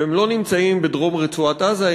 והם לא נמצאים בדרום רצועת-עזה,